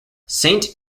saint